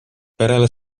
perele